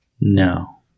No